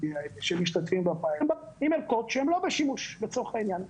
שמשתתפים בפיילוט הם עם ערכות שהן לא בשימוש לצורך העניין.